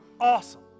awesome